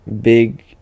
Big